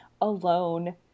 alone